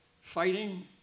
fighting